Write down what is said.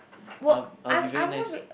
um I will be very nice